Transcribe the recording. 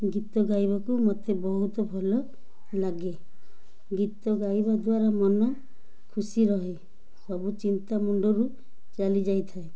ଗୀତ ଗାଇବାକୁ ମୋତେ ବହୁତ ଭଲ ଲାଗେ ଗୀତ ଗାଇବା ଦ୍ୱାରା ମନ ଖୁସି ରୁହେ ସବୁ ଚିନ୍ତା ମୁଣ୍ଡରୁ ଚାଲିଯାଇଥାଏ